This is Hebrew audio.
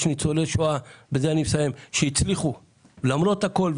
יש ניצולי שואה שהצליחו למרות הכול,